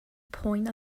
point